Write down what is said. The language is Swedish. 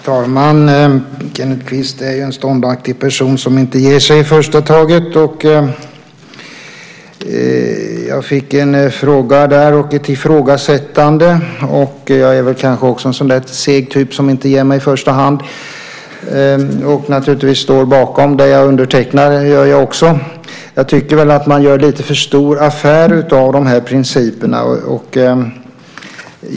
Fru talman! Kenneth Kvist är ju en ståndaktig person som inte ger sig i första taget. Jag fick en fråga och ett ifrågasättande, och jag är väl kanske också en sådan där seg typ som inte ger mig i första hand. Står bakom det jag undertecknar gör jag naturligtvis också. Jag tycker att man gör lite för stor affär av de här principerna.